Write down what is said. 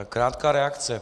Krátká reakce.